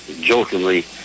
jokingly